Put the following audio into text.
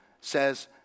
says